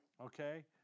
Okay